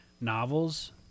novels